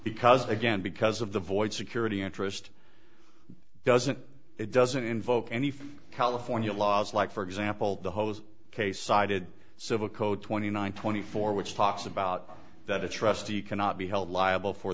because again because of the void security interest doesn't it doesn't invoke any california laws like for example the hos case cited civil code twenty nine twenty four which talks about that a trustee cannot be held liable for